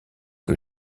que